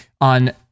on